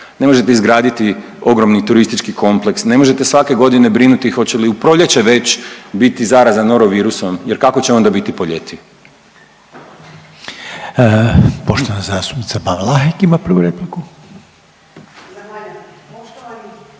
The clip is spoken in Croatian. ne možete izgraditi ogromni turistički kompleks, ne možete svake godine brinuti hoće li u proljeće već biti zaraza Norovirusom jer kako će onda biti po ljeti. **Reiner, Željko (HDZ)** Poštovana zastupnica Ban Vlahek ima prvu repliku.